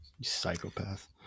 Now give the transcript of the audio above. psychopath